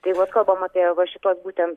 tai vat kalbam apie va šituos būtent